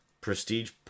prestige